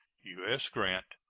u s. grant.